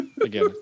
again